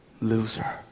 loser